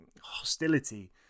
hostility